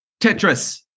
Tetris